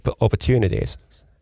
opportunities